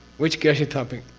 which geshe topic?